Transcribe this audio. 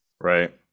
Right